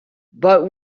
but